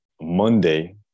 Monday